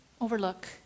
overlook